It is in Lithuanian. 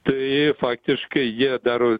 tai faktiškai jie daro